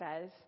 says